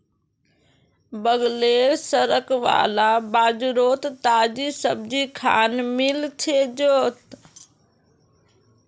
बगलेर सड़क वाला बाजारोत ताजी सब्जिखान मिल जै तोक